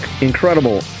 Incredible